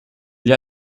gli